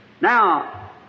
Now